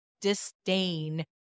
disdain